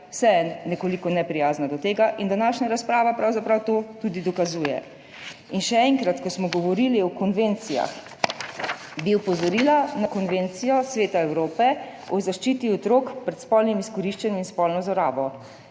vseeno nekoliko neprijazna do tega in današnja razprava pravzaprav to tudi dokazuje. In še enkrat, ko smo govorili o konvencijah, bi opozorila na Konvencijo Sveta Evrope o zaščiti otrok pred spolnim izkoriščanjem in spolno zlorabo,